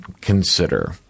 consider